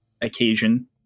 occasion